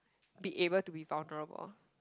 be able to be vulnerable